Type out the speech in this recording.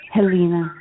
Helena